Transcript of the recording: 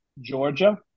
georgia